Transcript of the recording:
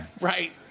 Right